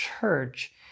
church